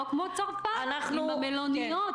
או כמו צרפת עם המלוניות.